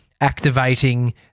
activating